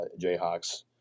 Jayhawks